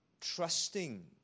trusting